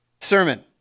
sermon